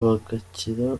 bagakira